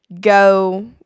go